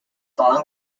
long